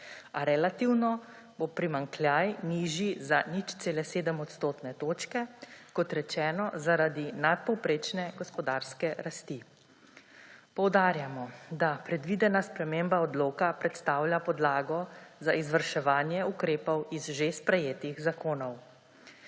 a relativno bo primanjkljaj nižji za 0,7 odstotne točke, kot rečeno, zaradi nadpovprečne gospodarske rasti. Poudarjamo, da predvidena sprememba odloka predstavlja podlago za izvrševanje ukrepov iz že sprejetih zakonov.